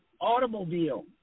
automobile